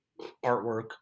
artwork